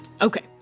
Okay